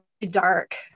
dark